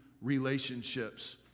relationships